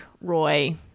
Roy